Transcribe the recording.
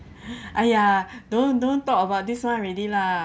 !aiya! don't don't talk about this [one] already lah